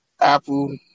Apple